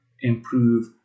improve